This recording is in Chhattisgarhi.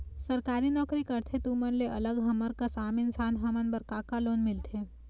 सरकारी नोकरी करथे तुमन ले अलग हमर कस आम इंसान हमन बर का का लोन मिलथे?